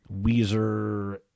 weezer